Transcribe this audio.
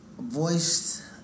voiced